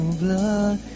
blood